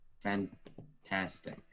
Fantastic